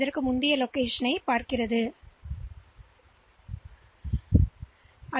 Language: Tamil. எனவே ஸ்டாக் சுட்டிக்காட்டி இப்போது முந்தைய இடத்தை சுட்டிக்காட்டும்